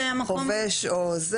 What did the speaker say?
חובש או ....